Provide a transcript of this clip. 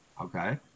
okay